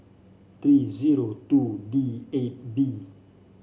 three zero two D eight B